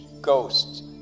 ghosts